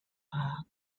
are